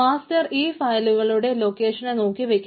master ഈ ഫയലുകളുടെ ലോക്കേഷനെ നോക്കി വയ്ക്കുന്നു